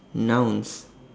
nouns